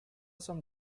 some